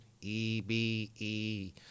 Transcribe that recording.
EBE